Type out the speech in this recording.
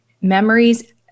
memories